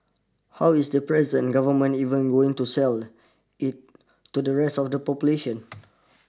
how is the present government even going to sell it to the rest of the population